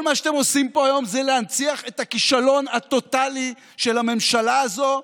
כל מה שאתם עושים פה היום זה להנציח את הכישלון הטוטלי של הממשלה הזו,